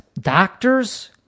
doctors